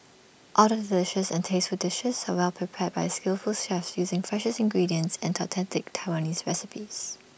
all the delicious and tasteful dishes are well prepared by skillful chefs using freshest ingredients and authentic Taiwanese recipes